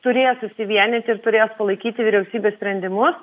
turės susivienyt ir turės palaikyti vyriausybės sprendimus